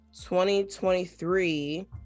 2023